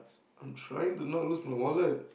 I'm trying to not lose from all that